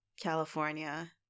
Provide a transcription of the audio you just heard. California